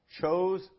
chose